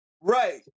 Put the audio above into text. Right